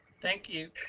thank you,